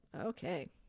Okay